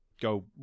go